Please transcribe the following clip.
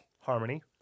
Harmony